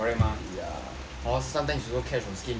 hor sometimes people cash skin right or not really I don't really cash